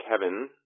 kevin